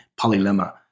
polylemma